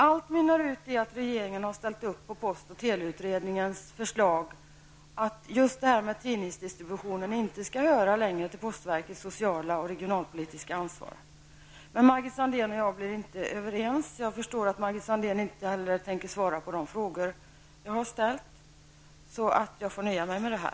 Allt mynnar ut i att regeringen har ställt upp på postoch teleutredningens förslag att just tidningsdistributionen inte längre skall höra till postverkets sociala och regionalpolitiska ansvar. Margit Sandéhn och jag blir inte överens. Jag förstår att Margit Sandéhn inte heller tänker svara på de frågor jag har ställt. Jag får nöja mig med det här.